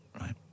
right